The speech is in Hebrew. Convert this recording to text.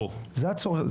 זה הצורך.